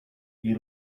you